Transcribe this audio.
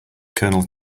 kernel